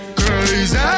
crazy